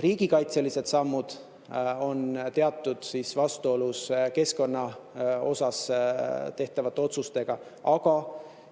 riigikaitselised sammud on teatud vastuolus keskkonna kohta tehtavate otsustega. Aga